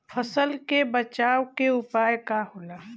फसल के बचाव के उपाय का होला?